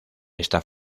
está